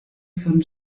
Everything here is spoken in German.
von